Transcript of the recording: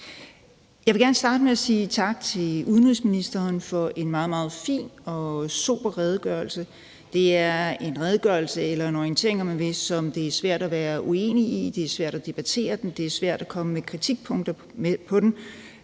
Jeg vil gerne starte med sige tak til udenrigsministeren for en meget, meget fin og sober redegørelse. Det er en redegørelse eller en orientering, om man vil, som det er svært at være uenig i. Det er svært at debattere den; det er svært at komme med kritikpunkter af den.